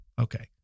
Okay